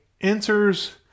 enters